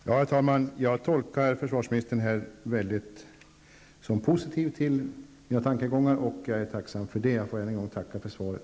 Herr talman! Jag tolkar försvarsministern som väldigt positiv till mina tankegångar. Jag är tacksam för det, och tackar än en gång för svaret.